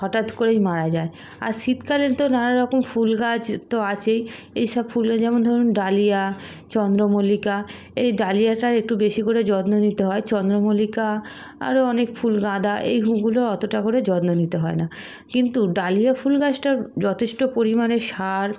হঠাৎ করেই মারা যায় আর শীতকালে তো নানা রকম ফুল গাছ তো আছেই এইসব ফুল গাছ যেমন ধরুন ডালিয়া চন্দ্রমল্লিকা এই ডালিয়াটা একটু বেশি করে যত্ন নিতে হয় চন্দ্রমল্লিকা আরো অনেক ফুল গাঁদা এই গুলো অতটা করে যত্ন নিতে হয় না কিন্তু ডালিয়া ফুল গাছটার যথেষ্ট পরিমাণে সার